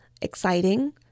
exciting